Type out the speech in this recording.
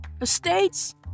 Estates